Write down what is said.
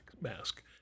mask